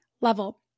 level